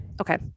Okay